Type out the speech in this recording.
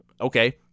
Okay